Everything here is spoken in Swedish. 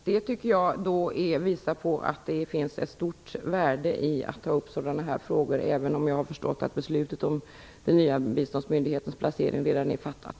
Det visar på att det finns ett stort värde i att ta upp dessa frågor, även om jag har förstått att beslutet om den nya biståndsmyndighetens placering redan är fattat.